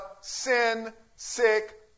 sin-sick